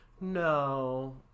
no